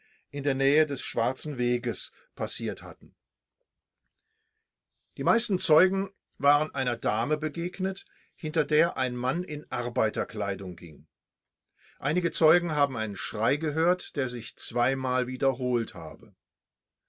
in der nähe des schwarzen weges passiert hatten die meisten zeugen waren einer dame begegnet hinter der ein mann in arbeiterkleidung ging einige zeugen haben einen schrei gehört der sich zweimal wiederholt habe